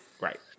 Right